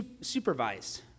supervised